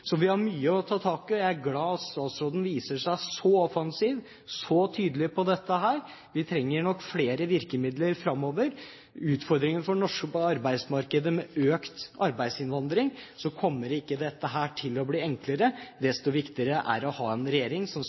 Vi har mye å ta tak i, og jeg er glad for at statsråden viser seg så offensiv, så tydelig på dette. Vi trenger nok flere virkemidler framover. Det er utfordringer for det norske arbeidsmarkedet, og med økt arbeidsinnvandring kommer ikke dette til å bli enklere. Desto viktigere er det å ha en regjering som